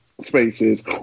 spaces